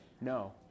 No